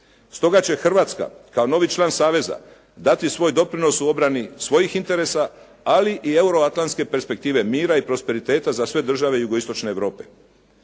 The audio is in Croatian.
Stoga će Hrvatska kao novi član saveza dati svoj doprinos u obrani svojih interesa, ali i Euroatlantske perspektive mira i prosperiteta za sve države Jugoistočne Europe.